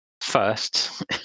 first